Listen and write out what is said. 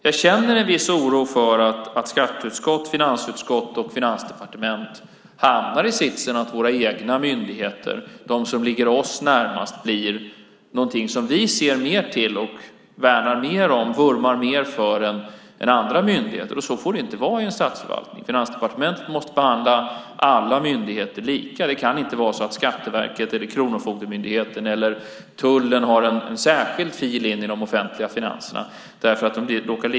Jag känner en viss oro för att skatteutskott, finansutskott och finansdepartement hamnar i sitsen att våra egna myndigheter, de som ligger oss närmast, blir något som vi ser mer till, värnar mer om, vurmar mer för än andra myndigheter. Så får det inte vara i en statsförvaltning. Finansdepartementet måste behandla alla myndigheter lika. Det kan inte vara så att Skatteverket, Kronofogdemyndigheten eller tullen har en särskild fil in i de offentliga finanserna.